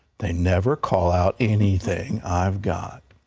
they never call out anything i've got.